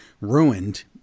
ruined